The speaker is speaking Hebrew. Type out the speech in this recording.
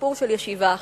וסיפור של ישיבה אחת.